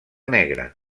negra